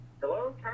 Hello